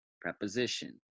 preposition